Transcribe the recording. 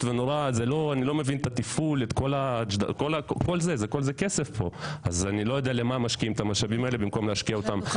כל העניין פה זה כסף שאני לא מבין למה לא משקיעים אותו במקום שצריך.